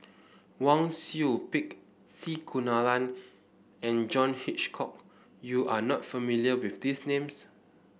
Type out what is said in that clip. Wang Sui Pick C Kunalan and John Hitchcock you are not familiar with these names